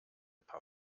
paar